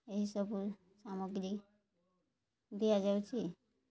ଏହିସବୁ ସାମଗ୍ରୀ ଦିଆଯାଉଛି